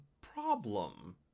problem